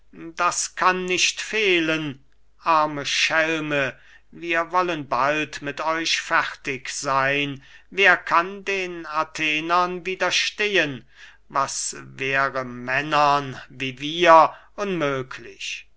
das kann nicht fehlen arme schelme wir wollen bald mit euch fertig seyn wer kann den athenern widerstehen was wäre männern wie wir unmöglich